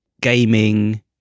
gaming